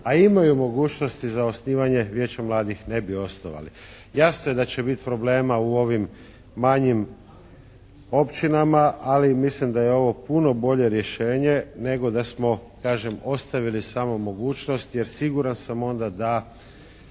a imaju mogućnosti za osnivanje Vijeća mladih ne bi osnovali. Jasno je da će biti problema u ovim manjim općinama, ali mislim da je ovo puno bolje rješenje nego da smo kažem ostavili samo mogućnost, jer siguran sam onda da